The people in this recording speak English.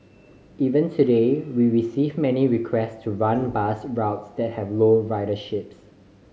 even today we receive many requests to run bus routes that have low riderships